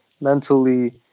mentally